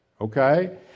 okay